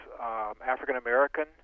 African-American